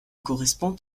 correspond